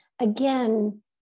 again